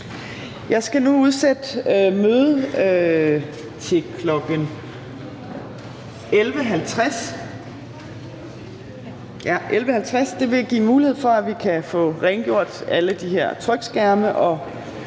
Jeg skal nu udsætte mødet til kl. 11.50. Det vil give mulighed for, at vi kan få rengjort alle de her trykskærme, og